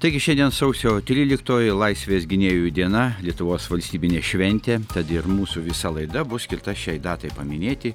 taigi šiandien sausio tryliktoji laisvės gynėjų diena lietuvos valstybinė šventė tad ir mūsų visa laida bus skirta šiai datai paminėti